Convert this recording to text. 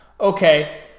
Okay